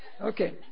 Okay